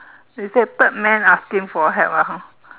he said third man asking for help ah hor